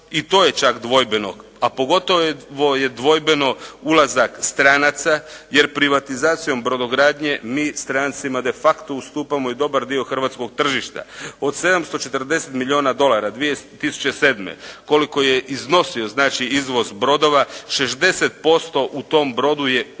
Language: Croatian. i to je čak dvojbeno, a pogotovo je dvojbeno ulazak stranaca jer privatizacijom brodogradnje mi strancima "de facto" ustupamo i dobar dio hrvatskog tržišta. Od 740 milijuna dolara 2007. koliko je iznosio, znači izvoz brodova, 60% u tom brodu je uvozna